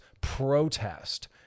protest